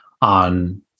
on